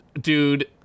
dude